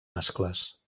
mascles